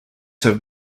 have